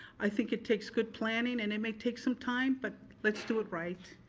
i think it takes good planning and it may take some time but let's do it right.